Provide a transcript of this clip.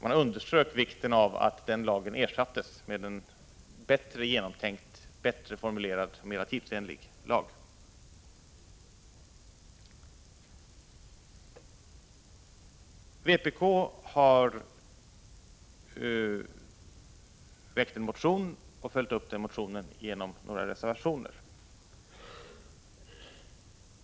Man underströk vikten av att den lagen ersattes med en bättre genomtänkt, bättre formulerad och mera tidsenlig lag. Vpk har väckt en motion och följt upp den motionen genom några reservationer.